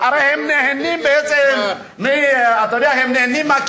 הרי הם נהנים, בעצם, מהכיסאות.